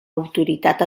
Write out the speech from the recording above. autoritat